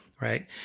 right